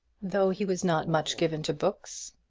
though he was not much given to books,